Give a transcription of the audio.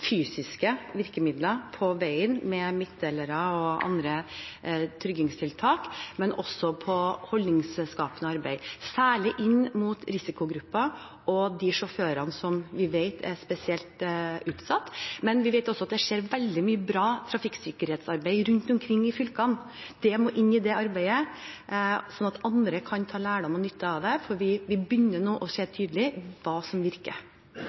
fysiske virkemidler på veien med midtdelere og andre tryggingstiltak, men også å se på holdningsskapende arbeid, særlig inn mot risikogrupper og de sjåførene som vi vet er spesielt utsatt. Men vi vet også at det skjer veldig mye bra trafikksikkerhetsarbeid rundt omkring i fylkene. Det må inn i det arbeidet, slik at andre kan ta lærdom og dra nytte av det, for vi begynner nå å se tydelig hva som virker.